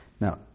Now